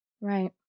Right